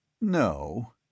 No